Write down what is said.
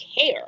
care